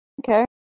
Okay